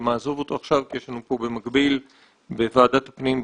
אעזוב אותו עכשיו כי יש לנו כאן במקביל בוועדת הפנים,